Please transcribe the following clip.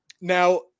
now